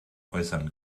äußern